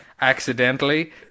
Accidentally